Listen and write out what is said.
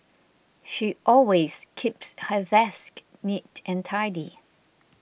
she always keeps her desk neat and tidy